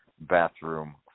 bathroom